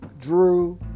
Drew